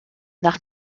nach